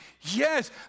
Yes